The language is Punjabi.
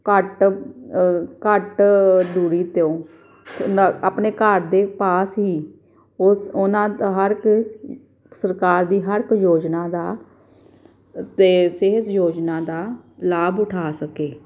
ਘੱਟ ਘੱਟ ਦੂਰੀ ਤੋਂ ਆਪਣੇ ਘਰ ਦੇ ਪਾਸ ਹੀ ਉਸ ਉਹਨਾਂ ਹਰ ਇੱਕ ਸਰਕਾਰ ਦੀ ਹਰ ਇੱਕ ਯੋਜਨਾ ਦਾ ਅਤੇ ਸਿਹਤ ਯੋਜਨਾ ਦਾ ਲਾਭ ਉਠਾ ਸਕੇ